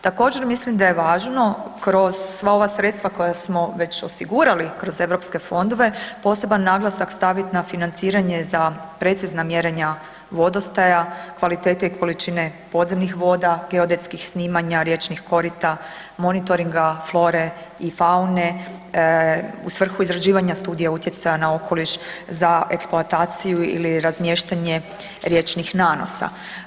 Također, mislim da je važno kroz sva ova sredstva koja smo već osigurali kroz EU fondove, poseban naglasak staviti na financiranje za precizna mjerenja vodostaja, kvalitete i količine podzemnih voda, geodetskih snimanja riječnih korita, monitoringa, flore i faune u svrhu izrađivanja studija utjecaja na okoliš za eksploataciju ili razmještanje riječnih nanosa.